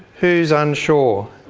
who's unsure?